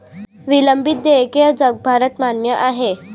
विलंबित देयके जगभरात मान्य आहेत